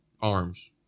arms